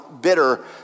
bitter